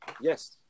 Yes